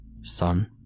Son